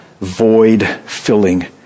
void-filling